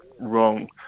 wrong